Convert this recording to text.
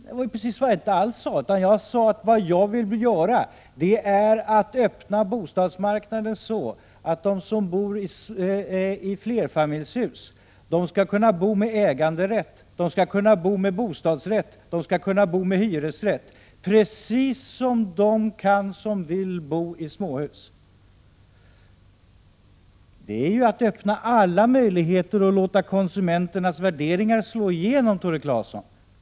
Det har jag inte alls sagt. Jag sade att jag ville öppna bostadsmarknaden så att de som bor i flerfamiljshus skall kunna bo med äganderätt, med bostadsrätt eller med hyresrätt, precis som de kan som vill bo i småhus. Därmed öppnas alla möjligheter, och konsumenternas värderingar får slå igenom, Tore Claeson.